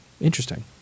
interesting